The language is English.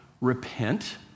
repent